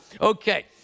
Okay